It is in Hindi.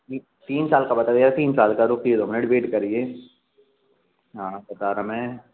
जी तीन साल का भैया तीन साल का रुकिए दो मिनट वेट करिए हाँ बता रहा मैं